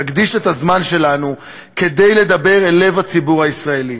אקדיש את הזמן שלנו כדי לדבר אל לב הציבור הישראלי,